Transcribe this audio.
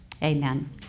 Amen